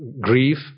grief